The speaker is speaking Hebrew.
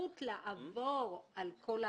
אפשרות לעבור על כל ההסכמות.